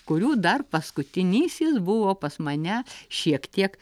kurių dar paskutinysis buvo pas mane šiek tiek